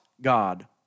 God